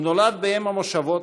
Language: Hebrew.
הוא נולד באם המושבות,